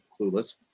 clueless